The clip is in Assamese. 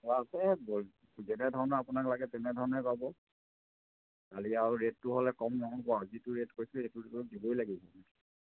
অঁ আছে যি যেনেধৰণৰ আপোনাক লাগে তেনেধৰণে পাব খালি আৰু ৰেটটো হ'লে কম নহ'ব আৰু যিটো ৰেট কৈছোঁ সেইটো ৰেটত দিবই লাগিব